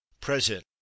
present